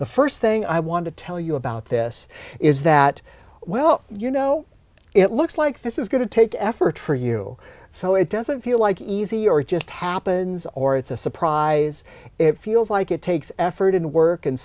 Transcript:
the first thing i want to tell you about this is that well you know it looks like this is going to take effort for you so it doesn't feel like easy or it just happens or it's a surprise it feels like it takes effort and work and